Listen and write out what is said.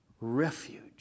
refuge